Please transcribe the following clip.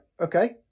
Okay